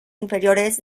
inferiores